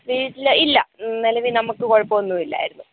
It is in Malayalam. വീട്ടിൽ ഇല്ലാ നിലവിൽ നമുക്ക് കുഴപ്പമൊന്നുല്ല